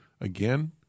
again